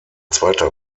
zweiter